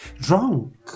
Drunk